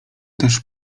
też